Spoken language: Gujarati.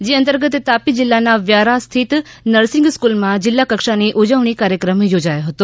જે અંતર્ગત તાપી જીલ્લાના વ્યારા સ્થિત નર્સિંગ સ્કૂલમાં જીલ્લા કક્ષાની ઉજવણી કાર્યક્રમ યોજાયો હતો